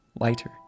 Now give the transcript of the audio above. lighter